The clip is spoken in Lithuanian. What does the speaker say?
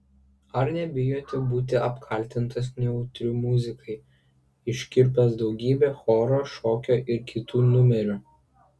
ar nebijote būti apkaltintas nejautriu muzikai iškirpęs daugybę choro šokio ir kitų numerių